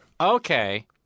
Okay